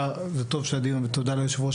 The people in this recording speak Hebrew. זה טוב שיש דיון ותודה ליושב-ראש.